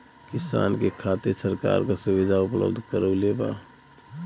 किसान के खातिर सरकार का सुविधा उपलब्ध करवले बा?